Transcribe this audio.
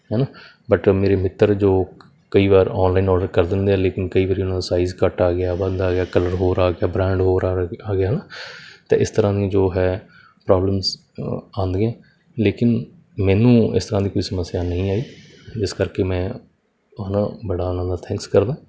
ਹੈ ਨਾ ਬਟ ਮੇਰੇ ਮਿੱਤਰ ਜੋ ਕਈ ਵਾਰ ਆਨਲਾਈਨ ਆਰਡਰ ਕਰ ਦਿੰਦੇ ਆ ਲੇਕਿਨ ਕਈ ਵਾਰ ਉਹਨਾਂ ਦਾ ਸਾਈਜ਼ ਘੱਟ ਆ ਗਿਆ ਵੱਧ ਆ ਗਿਆ ਕਲਰ ਹੋਰ ਆ ਗਿਆ ਬ੍ਰਾਂਡ ਹੋਰ ਆ ਗਿਆ ਨਾ ਅਤੇ ਇਸ ਤਰ੍ਹਾਂ ਦੀ ਜੋ ਹੈ ਪ੍ਰੋਬਲਮਸ ਆਉਂਦੀਆਂ ਲੇਕਿਨ ਮੈਨੂੰ ਇਸ ਤਰ੍ਹਾਂ ਦੀ ਕੋਈ ਸਮੱਸਿਆ ਨਹੀਂ ਆਈ ਜਿਸ ਕਰਕੇ ਮੈਂ ਹੈਨਾ ਬੜਾ ਉਹਨਾਂ ਦਾ ਥੈਂਕਸ ਕਰਦਾਂ